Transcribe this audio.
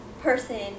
person